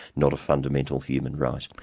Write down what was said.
not a fundamental human right.